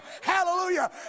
hallelujah